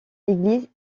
l’église